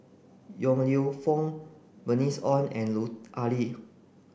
Yong Lew Foong Bernice Ong and Lut Ali